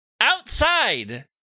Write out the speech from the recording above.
outside